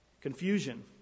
confusion